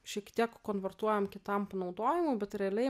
šiek tiek konvertuojam kitam panaudojimui bet realiai